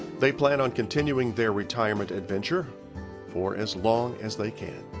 they plan on continuing their retirement adventure for as long as they can.